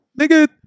Nigga